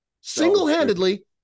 single-handedly